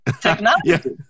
Technology